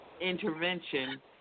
intervention